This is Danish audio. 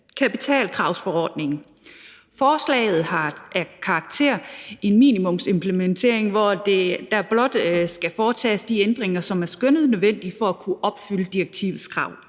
kapitalkravsforordningen. Forslaget har karakter af en minimumsimplementering, hvor der blot skal foretages de ændringer, som er skønnet nødvendige for at kunne opfylde direktivets krav.